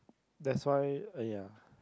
that's why uh ya